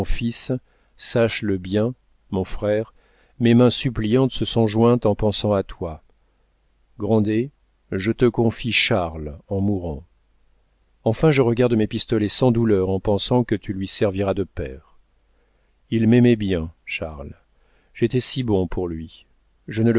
fils sache-le bien mon frère mes mains suppliantes se sont jointes en pensant à toi grandet je te confie charles en mourant enfin je regarde mes pistolets sans douleur en pensant que tu lui serviras de père il m'aimait bien charles j'étais si bon pour lui je ne